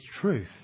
truth